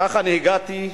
כך הגעתי.